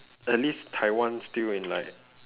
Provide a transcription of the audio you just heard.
a least taiwan still in like